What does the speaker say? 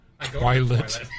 Twilight